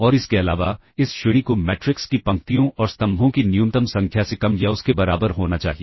और इसके अलावा इस श्रेणी को मैट्रिक्स की पंक्तियों और स्तंभों की न्यूनतम संख्या से कम या उसके बराबर होना चाहिए